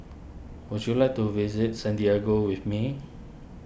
would you like to visit Santiago with me